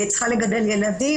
צריכה לגדל ילדים,